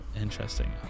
interesting